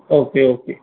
okay okay